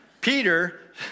Peter